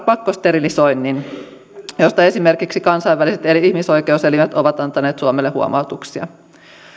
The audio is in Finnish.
pakkosterilisoinnin josta esimerkiksi kansainväliset eri ihmisoikeuselimet ovat antaneet suomelle huomautuksia